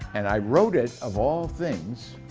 and i wrote it, of all things,